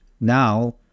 now